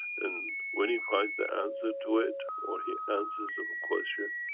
and when he finds the answer to it, or he answers of a question,